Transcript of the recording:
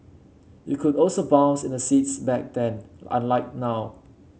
you could also bounce in the seats back then unlike now